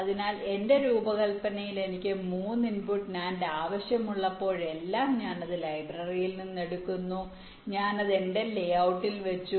അതിനാൽ എന്റെ രൂപകൽപ്പനയിൽ എനിക്ക് മൂന്ന് ഇൻപുട്ട് NAND ആവശ്യമുള്ളപ്പോഴെല്ലാം ഞാൻ അത് ലൈബ്രറിയിൽ നിന്ന് എടുക്കുന്നു ഞാൻ അത് എന്റെ ലേഔട്ടിൽ വെച്ചു